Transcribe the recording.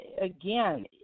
Again